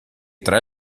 tra